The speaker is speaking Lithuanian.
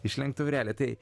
išlenkt taurelę tai